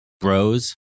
bros